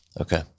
Okay